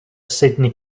sydney